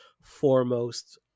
foremost